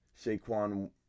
Saquon